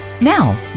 Now